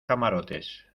camarotes